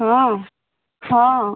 ହଁ ହଁ